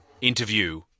interview